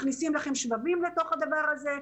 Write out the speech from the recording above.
מכניסים לכם שבבים לתוך הדבר הזה.